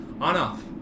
On-off